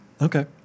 Okay